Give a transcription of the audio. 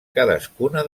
cadascuna